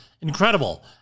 incredible